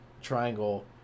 triangle